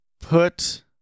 put